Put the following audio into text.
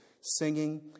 singing